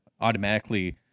automatically